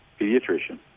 pediatrician